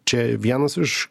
čia vienas iš